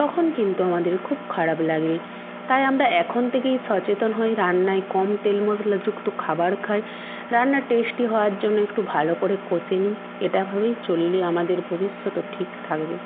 তখন কিন্তু আমাদের খুব খারাপ লাগবে তাই আমরা এখন থেকেই সচেতন হই রান্নায় কম তেল মশলাযুক্ত খাবার খাই রান্না টেস্টি হওয়ার জন্য একটু ভালো করে কষে নিই এটা ভাবেই চললে আমাদের ভবিষ্যতও ঠিক থাকবে